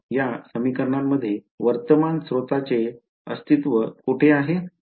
या समीकरणांमध्ये वर्तमान स्रोताचे अस्तित्व कोठे आहे